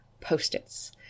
post-its